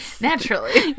Naturally